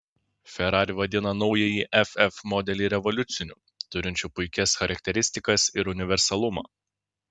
ferrari vadina naująjį ff modelį revoliuciniu turinčiu puikias charakteristikas ir universalumą